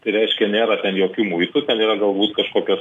reiškia nėra jokių muitų ten yra galbūt kažkokios